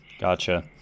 Gotcha